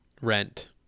rent